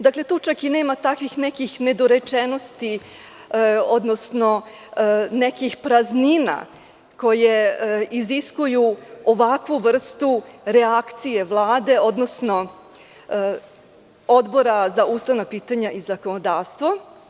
Dakle, tu čak i nema takvih nekih nedorečenosti, odnosno nekih praznina koje iziskuju ovakvu vrstu reakcije Vlade, odnosno Odbora za ustavna pitanja i zakonodavstvo.